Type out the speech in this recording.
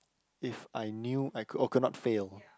if I knew I could oh could not fail